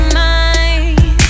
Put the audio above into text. mind